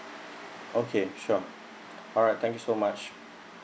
okay sure alright thank you so much